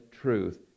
truth